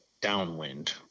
downwind